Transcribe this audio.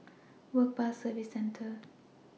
Work Pass Services Centre